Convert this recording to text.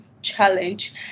challenge